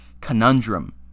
conundrum